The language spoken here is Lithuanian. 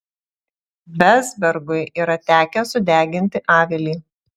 vezbergui yra tekę sudeginti avilį